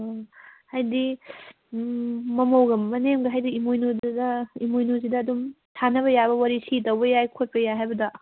ꯎꯝ ꯍꯥꯏꯕꯗꯤ ꯃꯃꯧꯒ ꯃꯅꯦꯝꯒ ꯍꯥꯏꯕꯗꯤ ꯏꯃꯣꯏꯅꯨꯁꯤꯗ ꯑꯗꯨꯝ ꯁꯥꯟꯅꯕ ꯌꯥꯕ ꯋꯥꯔꯤ ꯁꯤ ꯇꯧꯕ ꯌꯥꯏ ꯈꯣꯠꯄ ꯌꯥꯏ ꯍꯥꯏꯕꯗꯣ